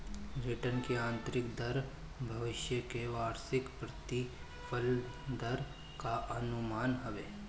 return की आतंरिक दर भविष्य के वार्षिक प्रतिफल दर कअ अनुमान हवे